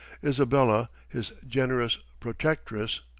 isabella, his generous protectress,